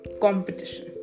competition